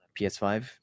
PS5